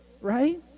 right